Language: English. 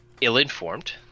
ill-informed